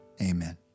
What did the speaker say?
amen